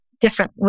different